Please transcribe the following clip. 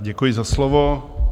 Děkuji za slovo.